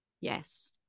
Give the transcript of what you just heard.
Yes